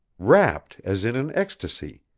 rapt as in an ecstasy,